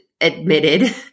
admitted